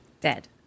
dead